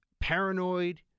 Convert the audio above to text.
paranoid